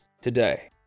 today